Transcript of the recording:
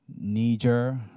Niger